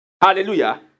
Hallelujah